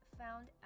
found